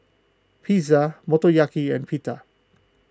Pizza Motoyaki and Pita